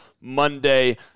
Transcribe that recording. Monday